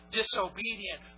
disobedient